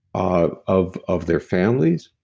ah of of their families,